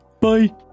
bye